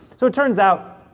so it turns out,